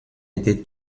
été